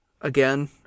again